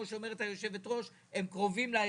שאומרת יושבת הראש הם באמת קרובים לאירוע.